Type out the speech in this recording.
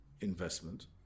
investment